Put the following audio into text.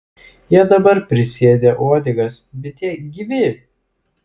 jie dabar prisėdę uodegas bet jie gyvi